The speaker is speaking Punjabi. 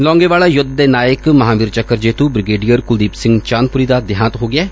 ਲੌਂਗੇਵਾਲਾ ਯੁੱਧ ਦੇ ਨਾਇਕ ਮਹਾਂਵੀਰ ਚੱਕਰ ਵਿਜੇਤਾ ਬਰਿਗੇਡੀਅਰ ਕੁਲਦੀਪ ਸਿੰਘ ਚਾਂਦਪੁਰੀ ਦਾ ਦੇਹਾਂਤ ਹੋ ਗੈੈ